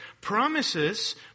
promises